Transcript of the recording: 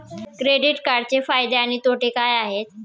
Credit कार्डचे फायदे आणि तोटे काय आहेत?